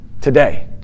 today